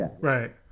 Right